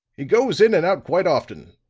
he goes in and out quite often.